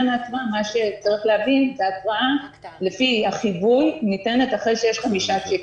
מה שצריך להבין לפי החיווי ניתנת אחרי שיש חמישה צ'קים.